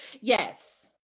Yes